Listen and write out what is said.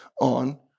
on